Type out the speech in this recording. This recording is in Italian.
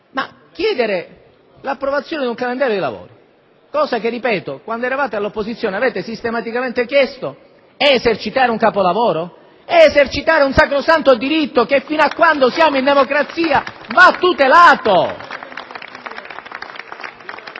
chiedere l'approvazione di un calendario dei lavori - cosa che, ripeto, quando eravate all'opposizione avevate sistematicamente chiesto - è compiere un capolavoro? Piuttosto è esercitare un sacrosanto diritto che, fino a quando siamo in democrazia, va tutelato.